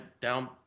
down